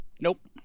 nope